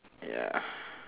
ya